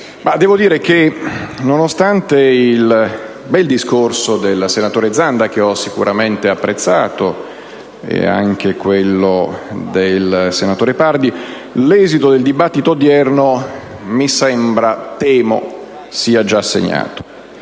colleghi, nonostante il bel discorso del senatore Zanda (che ho veramente apprezzato) così come quello del senatore Pardi, l'esito del dibattito odierno mi sembra sia già segnato.